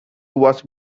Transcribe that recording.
was